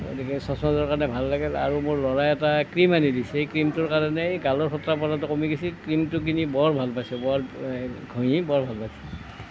গতিকে চশমাযোৰ কাৰণে ভাল লাগে আৰু মোৰ ল'ৰা এটাই ক্ৰীম আনি দিছে এই ক্ৰীমটোৰ কাৰণেই গালৰ শোটোৰা পৰাটো কমি গৈছে ক্ৰীমটো কিনি বৰ ভাল পাইছোঁ বৰ ঘঁহি বৰ ভাল পাইছোঁ